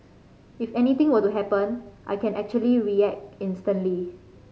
if anything were to happen I can actually react instantly